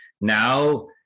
now